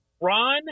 Ron